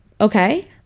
Okay